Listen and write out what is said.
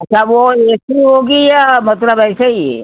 अच्छा वो A C होगी या मतलब ऐसे ही